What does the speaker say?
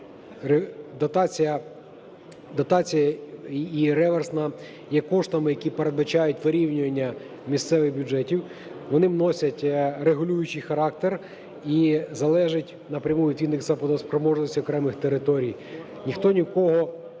дотація, і реверсна, є коштами, які передбачають вирівнювання місцевих бюджетів. Вони носять регулюючий характер і залежать напряму відповідно від платоспроможності окремих територій. Ніхто ні в кого